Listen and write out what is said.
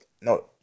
No